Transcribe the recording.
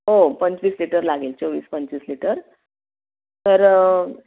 हो पंचवीस लिटर लागेल चोवीस पंचवीस लिटर तर